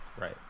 Right